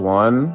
one